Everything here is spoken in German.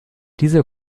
die